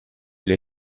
elle